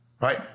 right